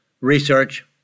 research